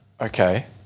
Okay